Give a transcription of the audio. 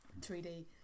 3D